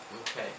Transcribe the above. Okay